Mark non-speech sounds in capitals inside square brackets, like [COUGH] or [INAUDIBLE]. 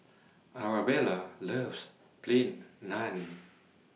Arabella loves Plain [NOISE] Naan